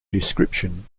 description